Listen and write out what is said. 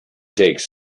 takes